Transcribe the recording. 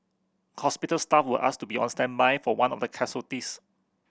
hospital staff were asked to be on standby for one of the casualties